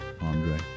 Andre